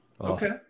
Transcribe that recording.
okay